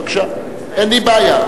בבקשה, אין לי בעיה.